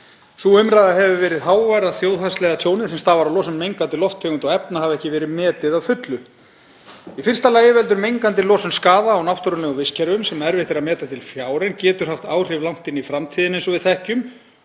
Sú umræða hefur verið hávær að þjóðhagslega tjónið sem stafar af losun mengandi lofttegunda og efna hafi ekki verið metið að fullu. Í fyrsta lagi veldur mengandi losun skaða á náttúrulegum vistkerfum sem erfitt er að meta til fjár en getur haft áhrif langt inn í framtíðina eins og við þekkjum.